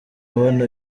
abona